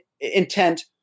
intent